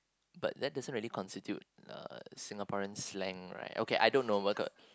but that doesn't really constitute uh Singaporean slang right okay I don't know we c~